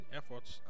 efforts